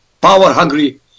power-hungry